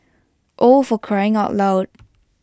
oh for crying out loud